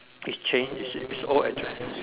is changed you see it's old address